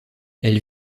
elle